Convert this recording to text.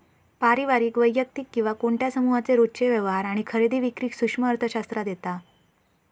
पारिवारिक, वैयक्तिक किंवा कोणत्या समुहाचे रोजचे व्यवहार आणि खरेदी विक्री सूक्ष्म अर्थशास्त्रात येता